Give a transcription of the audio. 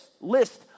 list